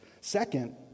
second